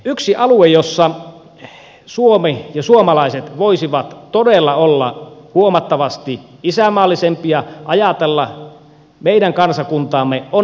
yksi alue jossa suomi ja suomalaiset voisivat todella olla huomattavasti isänmaallisempia ja ajatella meidän kansakuntaamme on energiapolitiikka